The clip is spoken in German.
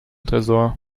tresor